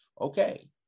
okay